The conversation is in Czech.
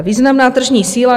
Významná tržní síla.